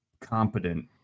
competent